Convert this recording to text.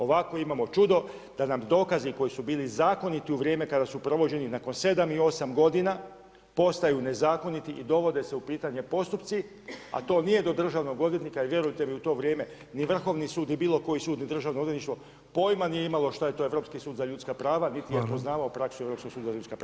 Ovako imamo čudo da nam dokazi koji su bili zakoniti u vrijeme kada su provođeni nakon sedam i osam godina postaju nezakoniti i dovode se u pitanje postupci, a to nije do državnog odvjetnika jer vjerujte mi u to vrijeme ni Vrhovni sud ni bilo koji sud ni državno odvjetništvo pojma nije imalo šta je to Europski sud za ljudska prava niti je poznavao praksu Europskog suda za ljudska prava.